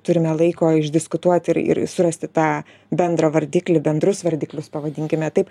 turime laiko išdiskutuoti ir ir surasti tą bendrą vardiklį bendrus vardiklius pavadinkime taip